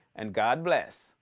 and god bless.